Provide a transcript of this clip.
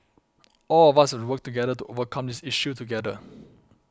all of us have to work together to overcome this issue together